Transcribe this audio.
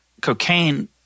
cocaine